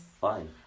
fine